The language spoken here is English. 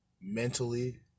mentally